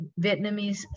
Vietnamese